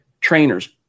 trainers